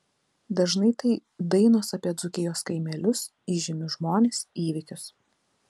dažnai tai dainos apie dzūkijos kaimelius įžymius žmones įvykius